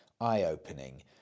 eye-opening